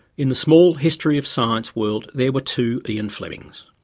in the small history of science world there were two ian flemings.